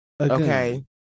Okay